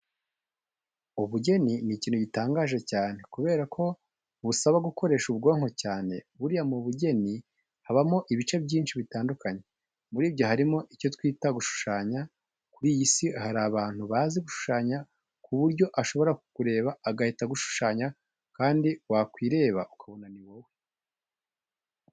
Ubugeni ni ikintu gitangaje cyane kubera ko busaba gukoresha ubwonko cyane. Buriya mu bugeni habamo ibice byinshi bitandukanye. Muri ibyo harimo icyo twita gushushanya. Kuri iyi Isi hari abantu bazi gushushyanya ku buryo ashobora kukureba agihita agushushyanya kandi wakwireba ukabona ni wowe.